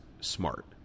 smart